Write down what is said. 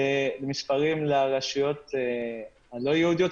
אלה מספרים לרשויות הלא יהודיות,